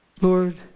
Lord